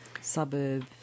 suburb